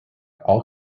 all